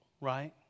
right